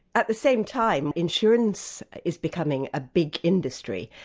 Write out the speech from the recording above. at the same time, insurance is becoming a big industry,